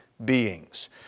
beings